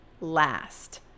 last